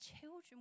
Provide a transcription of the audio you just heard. children